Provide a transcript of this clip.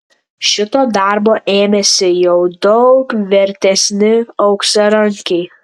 šito darbo ėmėsi jau daug vertesni auksarankiai